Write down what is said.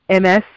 MS